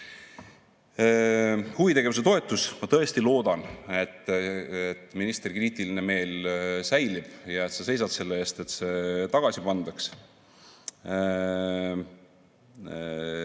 Huvitegevuse toetus. Ma tõesti loodan, et ministri kriitiline meel säilib ja sa seisad selle eest, et see [kärbitud